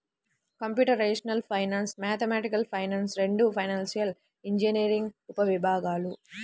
computational finance, mathematical finance రెండూ financial engineering ఉపవిభాగాలు